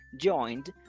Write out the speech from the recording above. joined